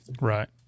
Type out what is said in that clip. Right